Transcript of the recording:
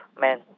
man